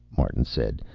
martin said,